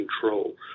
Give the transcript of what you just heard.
control